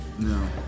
No